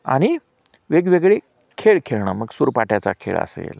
आणि वेगवेगळे खेळ खेळणं मग सुरपाट्याचा खेळ असेल